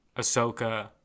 Ahsoka